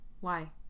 Why